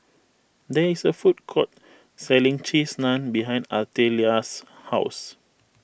there is a food court selling Cheese Naan behind Artelia's house